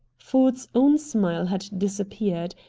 ford's own smile had disappeared.